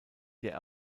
der